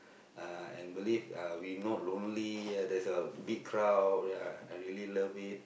uh and believe uh we not lonely and there's a big crowd ya I really love it